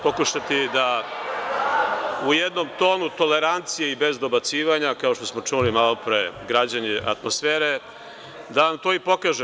Pokušaću da u jednom tonu tolerancije i bez dobacivanja, kao što smo čuli malo pre građenje atmosfere, da vam to i pokažem.